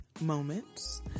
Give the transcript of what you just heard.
moments